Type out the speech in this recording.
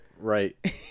Right